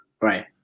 right